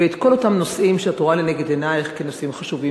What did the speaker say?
ואת כל אותם נושאים שאת רואה לנגד עינייך כנושאים חשובים.